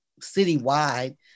citywide